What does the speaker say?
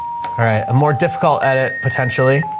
all right. a more difficult edit potentially.